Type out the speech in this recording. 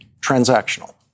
transactional